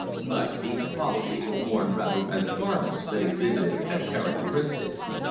but these qualities were worn rather as garments than exhibited as characteristics.